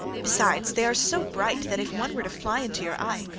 besides, they are so bright that if one were to fly into your eye,